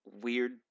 weird